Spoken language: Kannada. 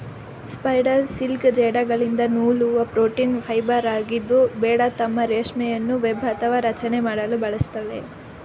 ಸ್ಪೈಡರ್ ಸಿಲ್ಕ್ ಜೇಡಗಳಿಂದ ನೂಲುವ ಪ್ರೋಟೀನ್ ಫೈಬರಾಗಿದ್ದು ಜೇಡ ತಮ್ಮ ರೇಷ್ಮೆಯನ್ನು ವೆಬ್ ಅಥವಾ ರಚನೆ ಮಾಡಲು ಬಳಸ್ತವೆ